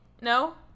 No